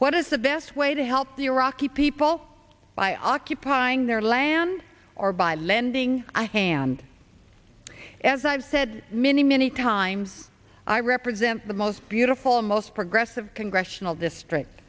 what is the best way to help the iraqi people by occupying their land or by lending a hand as i've said many many times i represent the most beautiful most progressive congressional district